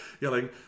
yelling